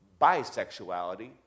bisexuality